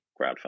crowdfunding